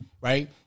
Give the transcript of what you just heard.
right